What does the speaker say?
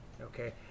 okay